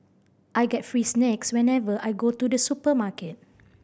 I get free snacks whenever I go to the supermarket